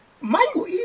Michael